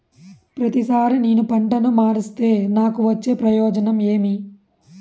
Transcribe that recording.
ప్రతిసారి నేను పంటను మారిస్తే నాకు వచ్చే ప్రయోజనం ఏమి?